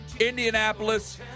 Indianapolis